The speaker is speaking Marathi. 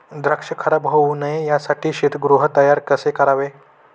द्राक्ष खराब होऊ नये यासाठी शीतगृह तयार कसे करावे?